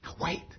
wait